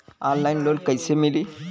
Online loan कइसे मिली?